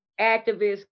activists